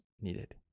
needed